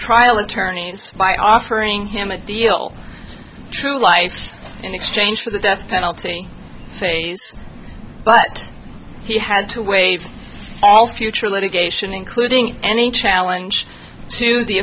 trial attorneys by offering him a deal true life in exchange for the death penalty phase but he had to waive all future litigation including any challenge to the